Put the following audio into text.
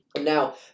Now